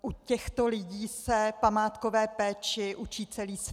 U těchto lidí se památkové péči učí celý svět.